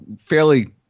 Fairly